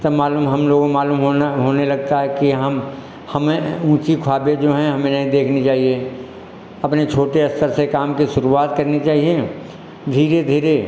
तब मालूम हम लोग मालूम होना होने लगता है कि हम हमें ऊँची ख्वाबें जो हैं हमें नहीं देखनी चाहिए अपने छोटे स्तर से काम की शुरुआत करनी चाहिए धीरे धीरे